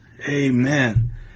Amen